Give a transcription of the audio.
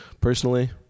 personally